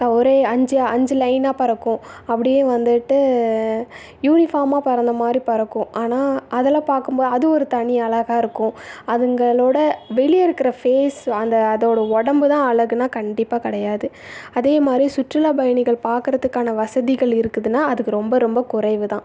ஒரே அஞ்சு அஞ்சு லைனாக பறக்கும் அப்படியே வந்துட்டு யூனிஃபார்மாக பறந்த மாதிரி பறக்கும் ஆனால் அதெல்லாம் பார்க்கும்போது அது ஒரு தனி அழகா இருக்கும் அதுங்களோடய வெளியே இருக்கிற ஃபேஸ் அந்த அதோடய உடம்புதான் அழகுன்னா கண்டிப்பாக கிடையாது அதேமாதிரி சுற்றுலா பயணிகள் பார்க்குறதுக்கான வசதிகள் இருக்குதுன்னால் அதுக்கு ரொம்ப ரொம்ப குறைவுதான்